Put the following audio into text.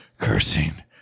Cursing